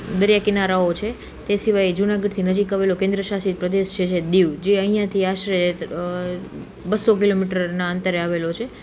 દરિયા કિનારાઓ છે તે સિવાય જુનાગઢથી નજીક આવેલું કેન્દ્રશાસિત પ્રદેશ છે જે દીવ જે અહીંયાથી આશરે બસો કિલોમીટરના અંતરે આવેલો છે